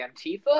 Antifa